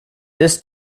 this